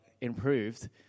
improved